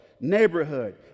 neighborhood